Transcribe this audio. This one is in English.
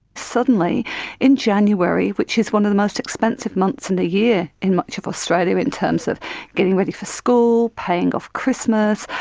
suddenly in january, which is one of the most expensive months in the year in much of australia in terms of getting ready for school, paying off christmas,